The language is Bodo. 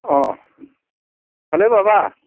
अ माने माबा